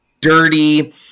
dirty